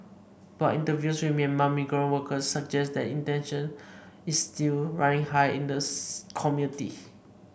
but interviews with Myanmar migrant workers suggest that tension is still running high in the community